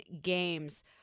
games